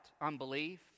unbelief